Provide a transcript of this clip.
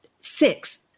six